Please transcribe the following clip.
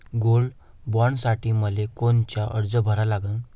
Gold बॉण्डसाठी मले कोनचा अर्ज भरा लागन?